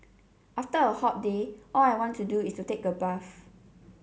after a hot day all I want to do is take a bath